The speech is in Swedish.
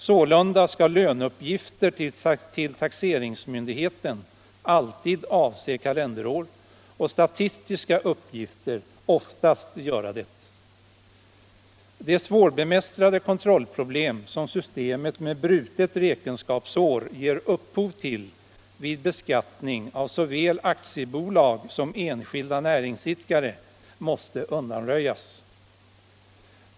Sålunda skall löneuppgifter till taxeringsmyndigheten alltid avse kalenderår och statistiska uppgifter oftast göra det. De svårbemästrade kontrollproblem som systemet med brutet räkenskapsår ger upphov till vid beskattning av såväl aktiebolag som enskilda näringsidkare måste undanröjas.